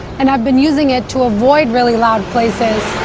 and i've been using it to avoid really loud places.